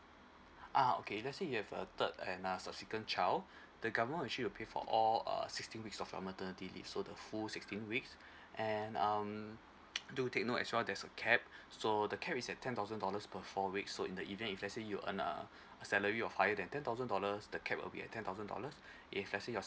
ah okay let's say you have a third and uh subsequent child the government actually will pay for all err sixteen weeks of uh maternity leave so the full sixteen weeks and um do take note as well there's a cap so the cap is at ten thousand dollars per four weeks so in the event if let's say you earn uh a salary of higher than ten thousand dollars the cap will be at ten thousand dollars if let's say your